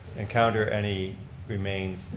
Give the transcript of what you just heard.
encounter any remains,